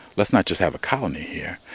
let's not just have a colony here.